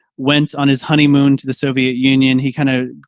went on his honeymoon to the soviet union, he kind of